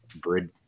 bridge